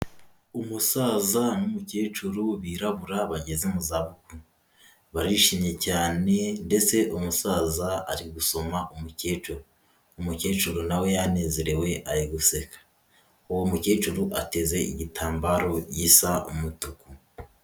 Umusaza n'umukecuru birabura bageze mu zabukuru, barishimye cyane ndetse umusaza ari gusoma umukecuru, umukecuru nawe yanezerewe ajya guseka, uwo mukecuru ateze igitambaro gisa umutuku.